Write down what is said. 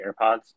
AirPods